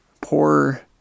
poor